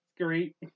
Great